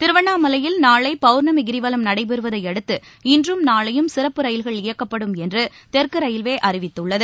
திருவண்ணாமலையில் நாளை பவுர்ணமி கிரிவலம் நடைபெறுவதை அடுத்து இன்றும் நாளையும் சிறப்பு ரயில்கள் இயக்கப்படும் என்று தெற்கு ரயில்வே அறிவித்துள்ளது